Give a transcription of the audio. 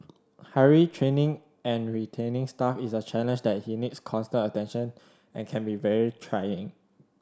hiring training and retaining staff is a challenge that he needs constant attention and can be very trying